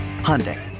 Hyundai